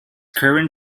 current